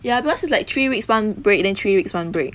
ya because is like three weeks one break then three weeks one break